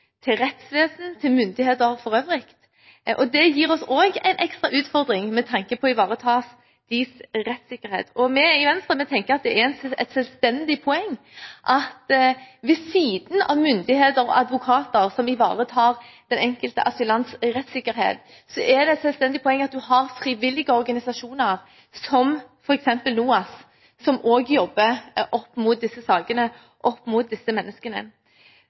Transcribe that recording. til rettsvesen, til myndigheter for øvrig, og det gir oss også en ekstra utfordring med tanke på å ivareta deres rettssikkerhet. Vi i Venstre tenker at det er et selvstendig poeng at vi ved siden av å ha myndigheter og advokater som ivaretar den enkelte asylants rettssikkerhet, også har frivillige organisasjoner, som f.eks. NOAS, som også jobber opp mot disse sakene og disse menneskene.